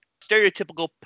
stereotypical